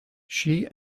she